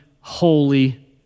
holy